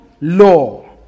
law